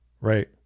right